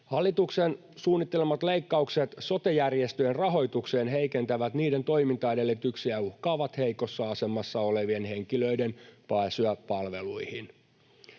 Hallituksen suunnittelemat leikkaukset sote-järjestöjen rahoitukseen heikentävät niiden toimintaedellytyksiä ja uhkaavat heikossa asemassa olevien henkilöiden pääsyä palveluihin.